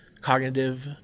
cognitive